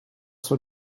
sua